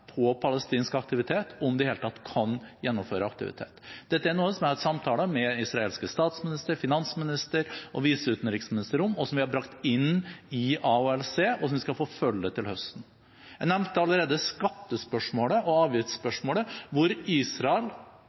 på palestinsk aktivitet, om de i det hele tatt kan gjennomføre aktivitet. Dette er noe som jeg har samtaler med den israelske statsminister, finansminister og viseutenriksminister om, og som vi har brakt inn i AHLC, og som vi skal forfølge til høsten. Jeg nevnte skatte- og avgiftsspørsmålet, hvor Israel